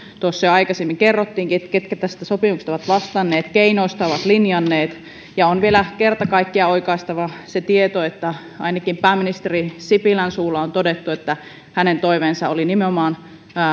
tuossa jo aikaisemmin kerrottiinkin ketkä tästä sopimuksesta ovat vastanneet ja keinoista ovat linjanneet ja on vielä kerta kaikkiaan oikaistava että ainakin pääministeri sipilän suulla on todettu että hänen toiveensa oli nimenomaan